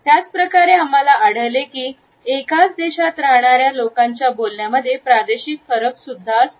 त्याच प्रकारे आम्हाला आढळले की एकाच देशात राहणाऱ्या लोकांच्या बोलण्यामध्ये प्रादेशिक फरक सुद्धा असतो